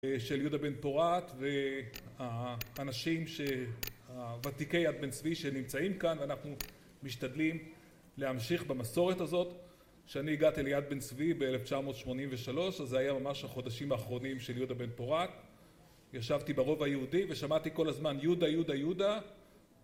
של יהודה בן פורת והאנשים, הוותיקי יד בן צבי שנמצאים כאן ואנחנו משתדלים להמשיך במסורת הזאת שאני הגעתי ליד בן צבי ב-1983 אז זה היה ממש החודשים האחרונים של יהודה בן פורת. ישבתי ברובע היהודי ושמעתי כל הזמן יהודה, יהודה, יהודה